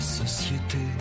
société